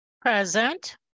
Present